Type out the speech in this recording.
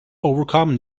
overcome